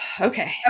Okay